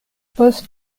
post